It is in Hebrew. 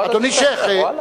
אדוני השיח',